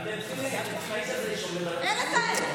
אין לתאר.